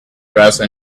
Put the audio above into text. dressed